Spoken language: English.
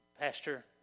Pastor